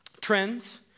trends